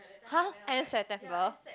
[huh] end September